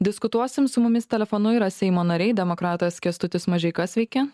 diskutuosim su mumis telefonu yra seimo nariai demokratas kęstutis mažeika sveiki